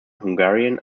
hungarian